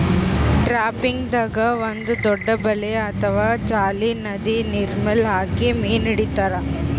ಟ್ರಾಪಿಂಗ್ದಾಗ್ ಒಂದ್ ದೊಡ್ಡ್ ಬಲೆ ಅಥವಾ ಜಾಲಿ ನದಿ ನೀರ್ಮೆಲ್ ಹಾಕಿ ಮೀನ್ ಹಿಡಿತಾರ್